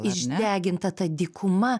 išdeginta ta dykuma